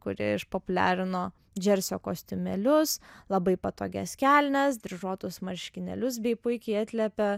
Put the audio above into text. kuri išpopuliarino džersio kostiumėlius labai patogias kelnes dryžuotus marškinėlius bei puikiai atliepė